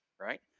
right